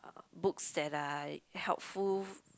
books that like helpful